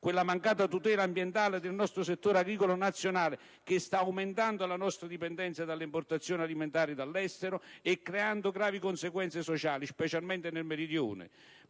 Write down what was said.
quella mancata tutela ambientale e del nostro settore agricolo nazionale che sta aumentando la nostra dipendenza dalle importazioni alimentari dall'estero e creando gravi conseguenze sociali, specialmente nel Meridione.